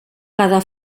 cada